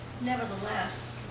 nevertheless